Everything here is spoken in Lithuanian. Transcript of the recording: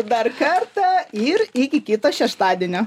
ir dar kartą ir iki kito šeštadienio